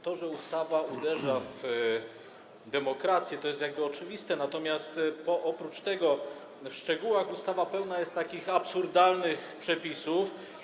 To, że ustawa uderza w demokrację, jest oczywiste, natomiast oprócz tego w szczegółach ustawa jest pełna takich absurdalnych przepisów.